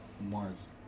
Mars